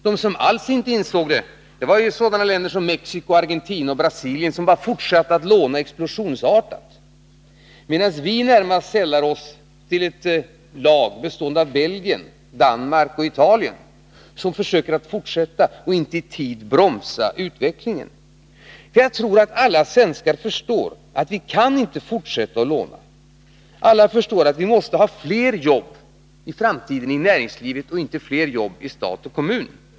De som alls inte insåg det var länder som Mexico, Argentina och Brasilien, som bara fortsatte att låna explosionsartat. Vi sällar oss närmast till ett lag, bestående av Belgien, Danmark och Italien, som försöker fortsätta och inte i tid bromsar utvecklingen. Jag tror att alla svenskar förstår att vi inte kan fortsätta att låna. Alla förstår att vi i framtiden måste ha fler jobb i näringslivet och inte fler jobb i stat och kommun.